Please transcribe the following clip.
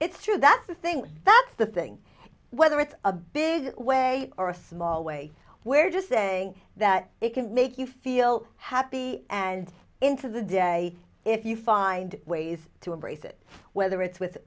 it's true that's the thing that's the thing whether it's a big way or a small way where just saying that they can make you feel have and into the day if you find ways to embrace it whether it's with